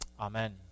Amen